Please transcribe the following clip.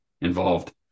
involved